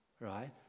right